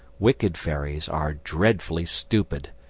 wicked fairies are dreadfully stupid,